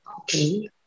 Okay